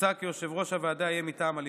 מוצע כי יושב-ראש הוועדה יהיה מטעם הליכוד.